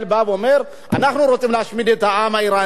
ואומר: אנחנו רוצים להשמיד את העם האירני,